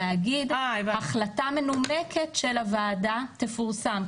להגיד: החלטה מנומקת של הוועדה תפורסם.